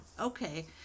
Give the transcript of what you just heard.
Okay